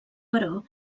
però